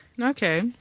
okay